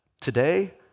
today